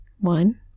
One